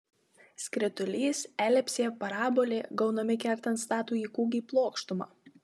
skritulys elipsė parabolė gaunami kertant statųjį kūgį plokštuma